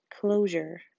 closure